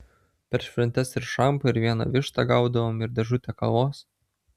per šventes ir šampo ir vieną vištą gaudavom ir dėžutę kavos